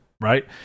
Right